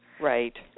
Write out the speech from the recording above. Right